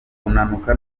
kunanuka